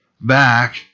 back